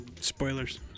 Spoilers